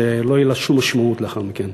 שלא תהיה לה שום משמעות לאחר מכן.